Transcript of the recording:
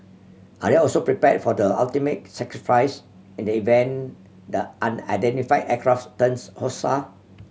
are they also prepared for the ultimate sacrifice in the event the an unidentify aircrafts turns